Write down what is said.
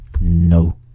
no